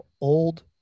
old